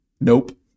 Nope